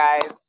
guys